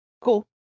Cool